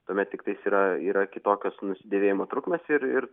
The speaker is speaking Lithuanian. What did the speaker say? tuomet tiktais yra yra kitokios nusidėvėjimo trukmės ir ir